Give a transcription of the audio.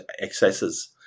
excesses